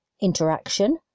interaction